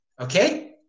okay